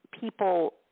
people –